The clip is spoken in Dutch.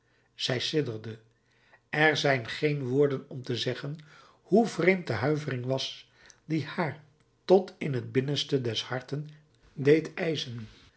zij sidderde er zijn geen woorden om te zeggen hoe vreemd de huivering was die haar tot in t binnenste des harten deed ijzen